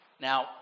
Now